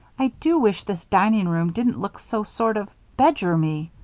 i do wish this dining-room didn't look so sort of bedroomy.